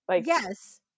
Yes